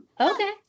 Okay